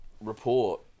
report